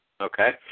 Okay